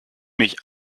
mich